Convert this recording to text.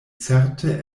certe